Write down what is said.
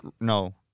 No